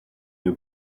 you